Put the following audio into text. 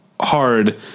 hard